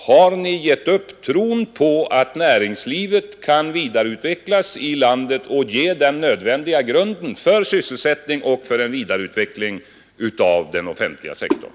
Har ni gett upp tron på att näringslivet kan vidareutvecklas i landet och ge den nödvändiga grunden för sysselsättningen och för en vidareutveckling av den offentliga sektorn?